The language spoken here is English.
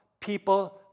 people